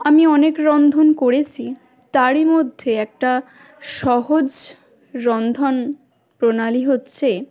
আমি অনেক রন্ধন করেছি তারই মধ্যে একটা সহজ রন্ধন প্রণালী হচ্ছে